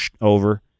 over